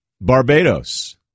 Barbados